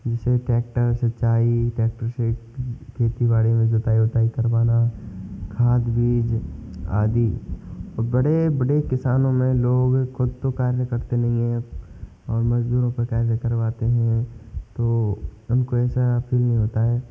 जिसे ट्रेक्टर सिंचाई ट्रेक्टर से खेती बाड़ी में जुताई उताई करवाना खाद बीज आदि बड़े बड़े किसानों में लोग खुद तो कार्य करते नहीं हैं और मज़दूरों से कैसे करवाते हैं तो उनको ऐसा फील नहीं होता है